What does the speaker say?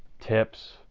tips